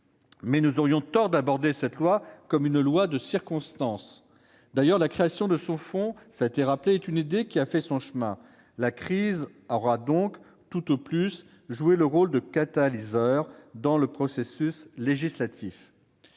mais nous aurions tort d'aborder cette proposition de loi comme un texte de circonstance. D'ailleurs, la création de ce fonds est une idée qui a fait son chemin. La crise aura donc tout au plus joué le rôle de catalyseur dans le processus législatif.